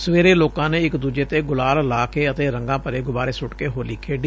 ਸਵੇਰੇ ਲੋਕਾਂ ਨੇ ਇਕ ਦੁਜੇ ਤੇ ਗੁਲਾਲ ਲਾ ਕੇ ਅਤੇ ਰੰਗਾਂ ਭਰੇ ਗੁਬਾਰੇ ਸੁੱਟ ਕੇ ਹੋਲੀ ਖੇਡੀ